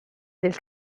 del